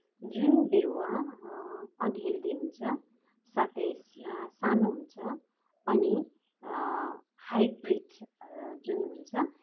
जुन बिरुवा अनहेल्दी हुन्छ साथै सानो हुन्छ अनि हाइब्रिड जुन हुन्छ